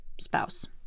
spouse